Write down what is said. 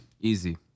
Easy